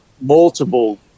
multiple